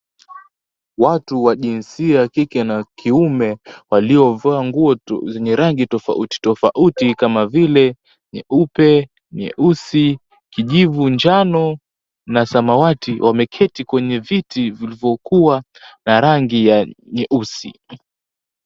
Watu wa jinsia ya kike na kiume waliovaa nguo zenye tofauti tofauti kama vile nyeupe, nyeusi, kijivu, njano na samawati wameketi kwenye viti vilivyokuwa na rangi ya nyeusi.